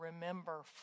remember